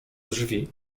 drzwi